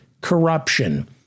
corruption